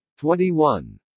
21